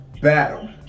battle